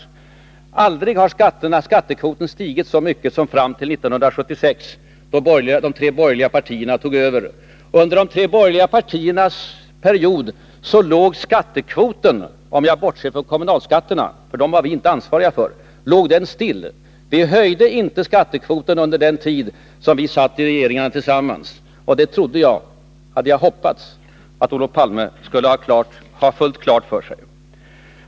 Men aldrig har skattekvoten stigit så mycket som fram till 1976 då de tre borgerliga partierna tog över. Under de tre borgerliga partiernas period låg skattekvoten still, om jag bortser från kommunalskatterna. För dem var vi inte ansvariga. Vi höjde inte skattekvoten under den tid som vi satt i regeringarna. Jag hade hoppats att Olof Palme skulle ha detta fullt klart för sig.